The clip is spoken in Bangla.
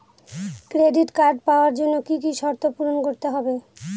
ক্রেডিট কার্ড পাওয়ার জন্য কি কি শর্ত পূরণ করতে হবে?